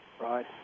Right